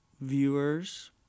viewers